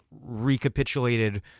recapitulated